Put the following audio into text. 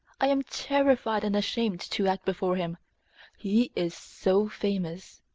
i am terrified and ashamed to act before him he is so famous.